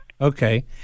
okay